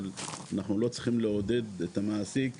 אבל אנחנו לא צריכים לעודד את המעסיק